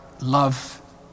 love